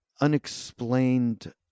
unexplained